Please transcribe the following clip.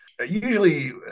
usually